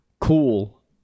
cool